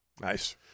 Nice